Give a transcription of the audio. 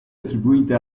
attribuite